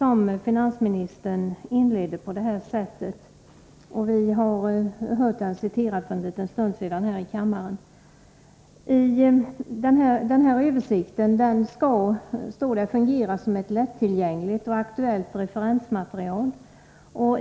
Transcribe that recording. Vi har hört den åberopas här i kammaren för en liten stund sedan. Denna översikt skall, står det, ”fungera som ett lättillgängligt och aktuellt referensmaterial”.